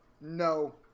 No